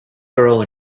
girl